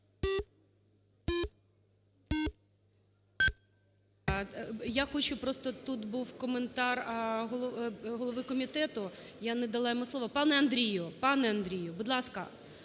Я хочу, просто тут був коментар голови комітету, я не дала йому слово. Пане Андрію, пане Андрію, будь ласка,